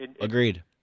Agreed